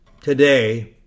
today